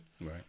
Right